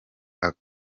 ako